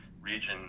region